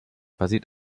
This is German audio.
basiert